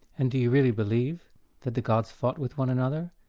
and do you really believe that the gods fought with one another,